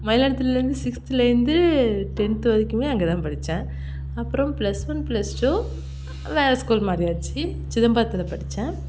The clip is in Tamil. மயிலாடுதுறையில் வந்து சிக்ஸ்த்துலேயிருந்து டென்த்து வரைக்குமே அங்கே தான் படித்தேன் அப்புறம் ப்ளஸ் ஒன் ப்ளஸ் டூ வேற ஸ்கூல் மாறியாச்சு சிதம்பரத்தில் படித்தேன்